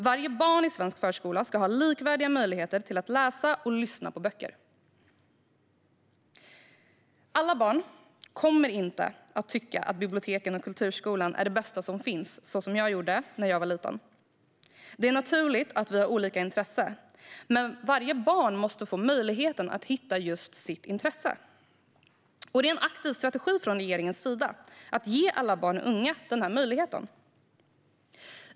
Varje barn i svensk förskola ska ha likvärdiga möjligheter att läsa och lyssna på böcker. Alla barn kommer inte att tycka att biblioteken och kulturskolan är det bästa som finns, som jag gjorde när jag var liten. Det är naturligt att vi har olika intressen, men varje barn måste få möjligheten att hitta just sitt intresse. Det är en aktiv strategi från regeringens sida att ge alla barn och unga den möjligheten.